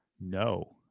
No